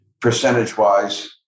percentage-wise